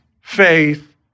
faith